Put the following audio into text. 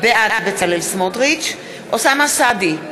בעד אוסאמה סעדי,